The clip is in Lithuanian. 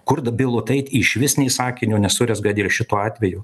kur d bilotaitė išvis nei sakinio nesurezga dėl šito atvejo